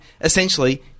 essentially